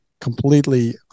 completely